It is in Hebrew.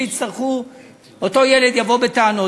ואותו ילד יבוא בטענות.